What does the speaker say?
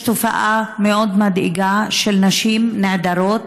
יש תופעה מאוד מדאיגה של נשים נעדרות,